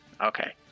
okay